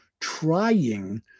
trying